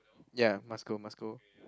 ya must go must go